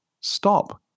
stop